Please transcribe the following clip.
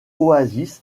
oasis